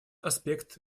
аспект